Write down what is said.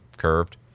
curved